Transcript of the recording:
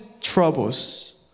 troubles